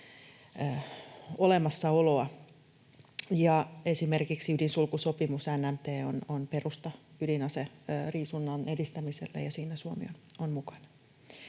olemassaoloa. Esimerkiksi ydinsulkusopimus NPT on perusta ydinaseriisunnan edistämiselle, ja siinä Suomi on mukana.